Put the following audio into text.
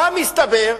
מה מסתבר?